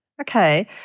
Okay